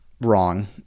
wrong